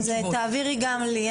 תעבירי גם לי.